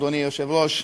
אדוני היושב-ראש,